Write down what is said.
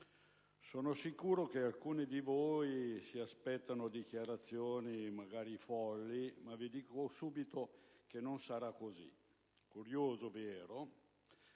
Sono sicuro che alcuni di voi si aspettano dichiarazioni magari folli, ma vi dico subito che non sarà così. Curioso, vero?